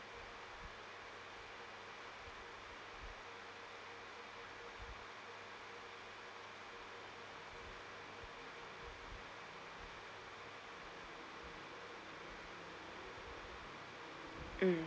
mm